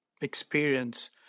experience